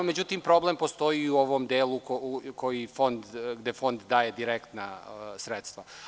Međutim, problem postoji i u ovom delu gde Fond daje direktna sredstva.